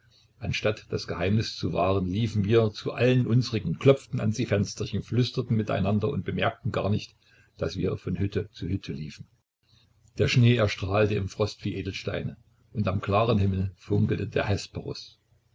anstatt das geheimnis zu wahren liefen wir zu allen unsrigen klopften an die fensterchen flüsterten miteinander und bemerkten gar nicht daß wir von hütte zu hütte liefen der schnee erstrahlte im frost wie edelsteine und am klaren himmel funkelte der